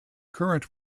current